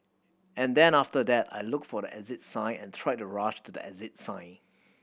and then after that I looked for the exit sign and tried to rush to the exit sign